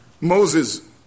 moses